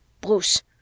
bruce